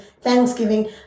Thanksgiving